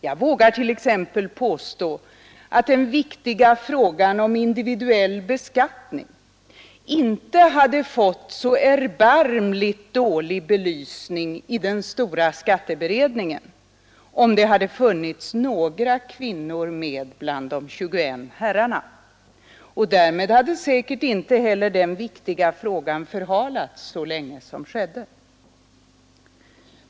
Jag vågar t.ex. påstå att den viktiga frågan om individuell beskattning inte hade fått så erbarmligt dålig belysning i den stora skatteberedningen om det funnits några kvinnor med bland de 21 herrarna, och därmed hade säkert inte heller den viktiga frågan förhalats så länge som skedde.